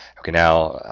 ok now,